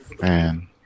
man